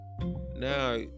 Now